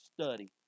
Study